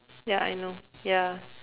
ya I know ya